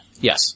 yes